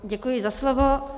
Děkuji za slovo.